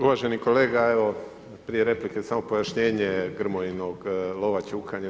Uvaženi kolega, evo prije replike samo pojašnjenje Grmojinog lovo ćukanja.